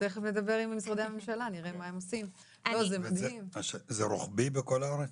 זה רוחבי בכל הארץ?